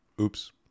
Oops